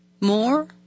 more